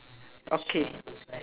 okay